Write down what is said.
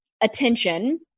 attention